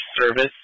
service